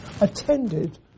attended